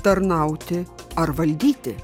tarnauti ar valdyti